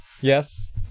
Yes